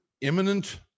imminent